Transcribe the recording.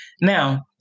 Now